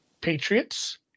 patriots